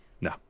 No